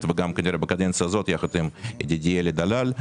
וגם כנראה בקדנציה הזאת יחד עם ידידי אלי דלאל: